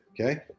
okay